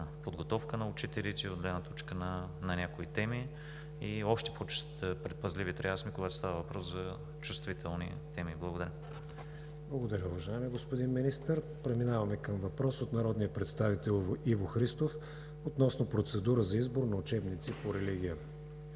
подготовката на учителите и от гледна точка на някои теми. И още по-предпазливи трябва да сме, когато става въпрос за чувствителни теми. Благодаря. ПРЕДСЕДАТЕЛ КРИСТИАН ВИГЕНИН: Благодаря, уважаеми господин Министър. Преминаваме към въпрос от народния представител Иво Христов относно процедура за избор на учебници по религия.